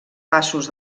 passos